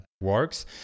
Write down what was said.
works